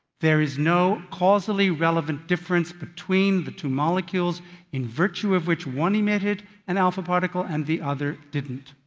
there is no causally relevant difference between the two molecules in virtue of which one emitted an alpha particle and the other didn't.